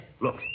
Look